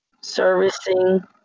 servicing